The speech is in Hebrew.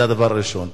זה הדבר הראשון.